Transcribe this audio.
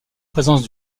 présence